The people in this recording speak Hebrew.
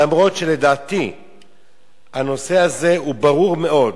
למרות שלדעתי הנושא הזה הוא ברור מאוד.